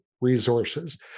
resources